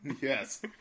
Yes